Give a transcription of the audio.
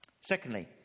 Secondly